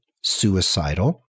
suicidal